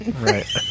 Right